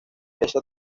esa